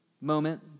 moment